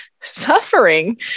suffering